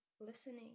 listening